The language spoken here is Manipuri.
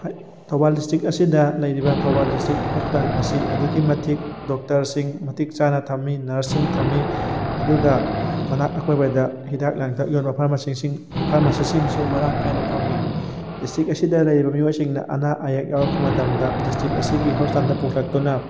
ꯊꯧꯕꯥꯜ ꯗꯤꯁꯇ꯭ꯔꯤꯛ ꯑꯁꯤꯗ ꯂꯩꯔꯤꯕ ꯊꯧꯕꯥꯜ ꯗꯤꯁꯇ꯭ꯔꯤꯛ ꯍꯣꯁꯄꯤꯇꯥꯜ ꯑꯁꯤ ꯑꯗꯨꯛꯀꯤ ꯃꯇꯤꯛ ꯗꯣꯛꯇꯔꯁꯤꯡ ꯃꯇꯤꯛ ꯆꯥꯅ ꯊꯝꯃꯤ ꯅꯔ꯭ꯁꯁꯤꯡ ꯊꯝꯃꯤ ꯑꯗꯨꯒ ꯃꯅꯥꯛ ꯑꯀꯣꯏꯕꯗ ꯍꯤꯗꯥꯛ ꯂꯥꯡꯊꯛ ꯌꯣꯟꯕ ꯐꯥꯔꯃꯥꯁꯤꯁꯤꯡ ꯐꯥꯔꯃꯥꯁꯤꯁꯤꯡꯁꯨ ꯃꯔꯥꯡ ꯀꯥꯏꯅ ꯐꯝꯃꯤ ꯗꯤꯁꯇ꯭ꯔꯤꯛ ꯑꯁꯤꯗ ꯂꯩꯔꯤꯕ ꯃꯤꯑꯣꯏꯁꯤꯡꯅ ꯑꯅꯥ ꯑꯌꯦꯛ ꯌꯥꯎꯔꯛꯄ ꯃꯇꯝꯗ ꯗꯤꯁꯇ꯭ꯔꯤꯛ ꯑꯁꯤꯒꯤ ꯍꯣꯁꯄꯤꯇꯥꯜꯗ ꯄꯨꯈꯠꯂꯛꯇꯨꯅ